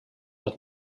dat